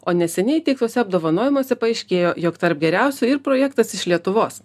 o neseniai teiktuose apdovanojimuose paaiškėjo jog tarp geriausių ir projektas iš lietuvos